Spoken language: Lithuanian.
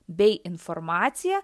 bei informaciją